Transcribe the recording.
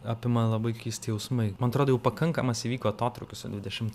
apima labai keisti jausmai man atrodo jau pakankamas įvyko atotrūkis su dvidešimtu